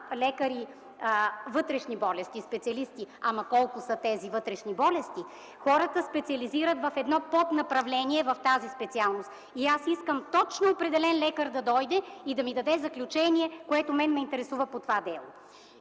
по вътрешни болести, ама колко са тези вътрешни болести? Хората специализират в едно поднаправление в тази специалност и аз искам точно определен лекар да дойде и да ми даде заключение, което ме интересува по това дело.